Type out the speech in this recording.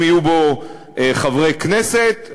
אם יהיו בו חברי כנסת,